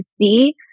see